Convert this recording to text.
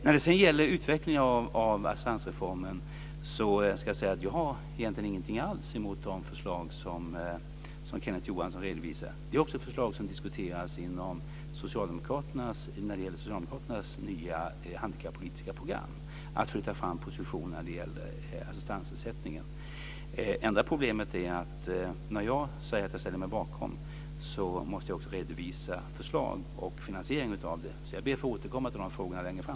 När det sedan gäller utvecklingen av assistansreformen ska jag säga att jag egentligen inte har någonting alls emot de förslag som Kenneth Johansson redovisade. Förslag om att flytta fram positionerna när det gäller assistansersättningen diskuteras också i samband med socialdemokraternas nya handikapppolitiska program. Enda problemet är att när jag säger att jag ställer mig bakom måste jag redovisa förslag och finansieringen av dem. Jag ber att få återkomma till de frågorna längre fram.